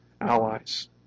allies